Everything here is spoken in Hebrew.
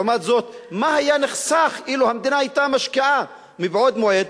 ולעומת זאת מה היה נחסך אילו המדינה היתה משקיעה מבעוד מועד,